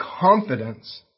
confidence